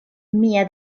mia